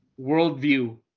worldview